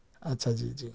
اچھا جی جی